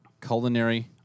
Culinary